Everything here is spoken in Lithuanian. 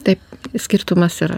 taip skirtumas yra